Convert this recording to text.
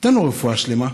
תן לו רפואה שלמה.